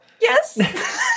Yes